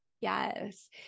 Yes